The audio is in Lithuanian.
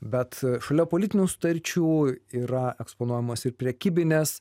bet šalia politinių sutarčių yra eksponuojamos ir prekybinės